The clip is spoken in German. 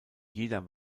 jeder